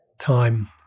Time